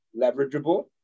leverageable